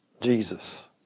Jesus